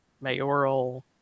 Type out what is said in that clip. mayoral